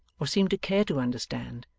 or seemed to care to understand,